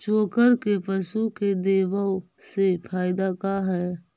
चोकर के पशु के देबौ से फायदा का है?